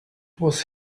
was